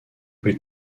plus